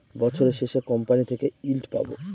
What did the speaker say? বছরের শেষে কোম্পানি থেকে ইল্ড পাবো